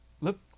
Look